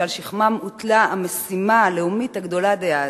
שעל שכמם הוטלה המשימה הלאומית הגדולה דאז,